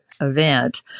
event